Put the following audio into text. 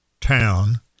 town